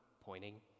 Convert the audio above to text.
pointing